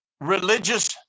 religious